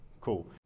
cool